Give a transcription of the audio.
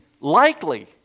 likely